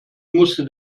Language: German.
musste